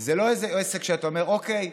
זה לא כמו באיזה עסק שאתה אומר: אוקיי,